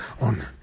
on